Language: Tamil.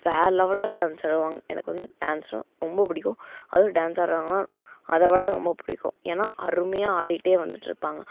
வேறு லெவலில் டான்ஸ் ஆடுவாங்க எனக்கு வந்து டான்ஸ்னா ரொம்ப பிடிக்கும் அதுவும் டான்ஸ் ஆடுறவுங்கள்லாம் அதை விட ரொம்ப பிடிக்கும் ஏன்னால் அருமையாக ஆடிகிட்டே வந்துட்டுருப்பாங்க